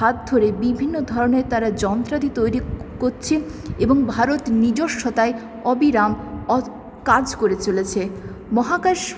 হাত ধরে বিভিন্ন ধরনের তারা যন্ত্রাদি তৈরি করছে এবং ভারত নিজস্বতায় অবিরাম কাজ করে চলেছে মহাকাশ